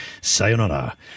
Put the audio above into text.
sayonara